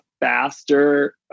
faster